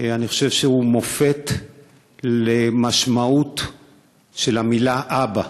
אני חושב שהוא מופת למשמעות של המילה "אבא",